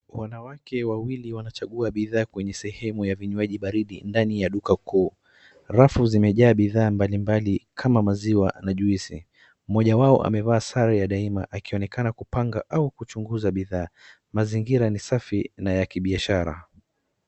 Wanawake wawili wanachagua bidhaa kwenye sehemu ya vinywaji baridi ndani ya duka kuu. Rafu zimejaa bidhaa mbalimbali kama maziwa na juisi. Mmoja wao amevaa sare ya daima akionekana kupanga au kuchunguza bidhaa. Mazingira ni safi na ya kibiashara.